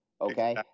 Okay